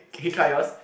can you try yours